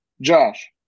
Josh